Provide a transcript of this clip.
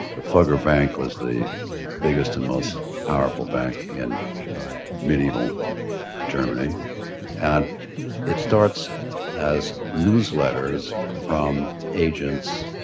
the fugger bank was the biggest and most powerful bank in medieval germany and it starts as newsletters from agents